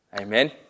Amen